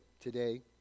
today